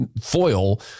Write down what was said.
foil